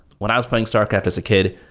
when i was playing starcraft as a kid,